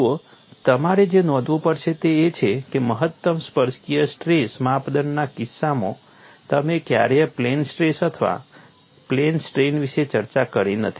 જુઓ તમારે જે નોંધવું પડશે તે એ છે કે મહત્તમ સ્પર્શકીય સ્ટ્રેસ માપદંડના કિસ્સામાં તમે ક્યારેય પ્લેન સ્ટ્રેસ અથવા પ્લેન સ્ટ્રેઇન વિશે ચર્ચા કરી નથી